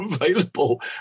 available